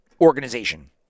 organization